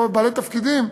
בעלי תפקידים,